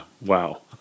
Wow